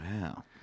wow